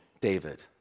David